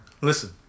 Listen